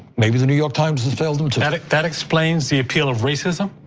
may be the new york times has failed them too. that that explains the appeal of racism?